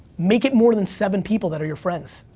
make it more than seven people that are your friends.